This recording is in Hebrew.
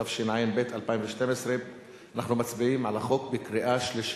התשע"ב 2012. אנחנו מצביעים על החוק בקריאה שלישית.